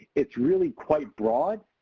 it's really quite broad,